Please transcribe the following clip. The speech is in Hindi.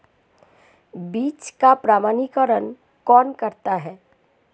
बीज का प्रमाणीकरण कौन करता है?